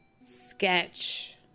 sketch